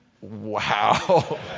Wow